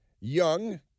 young